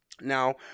Now